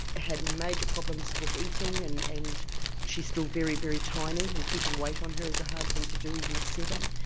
had major problems with eating and and she's still very, very tiny and keeping weight on her is a hard thing to do even at seven.